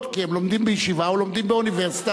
כי הם לומדים בישיבה או לומדים באוניברסיטה.